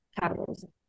capitalism